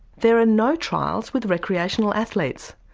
there are no trials with recreational athletes,